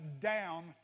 down